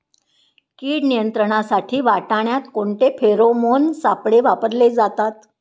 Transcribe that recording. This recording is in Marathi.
कीड नियंत्रणासाठी वाटाण्यात कोणते फेरोमोन सापळे वापरले जातात?